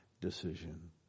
decision